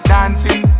Dancing